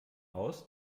aus